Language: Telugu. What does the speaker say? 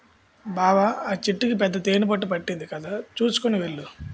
బావా ఆ చెట్టుకి పెద్ద తేనెపట్టు పట్టింది కదా చూసుకొని వెళ్ళు